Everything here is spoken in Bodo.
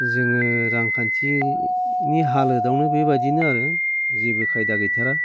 जोङो रांखान्थिनि हालोदावनो बेबायदिनो आरो जेबो खायदा गैथारा